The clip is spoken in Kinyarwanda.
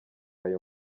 ayo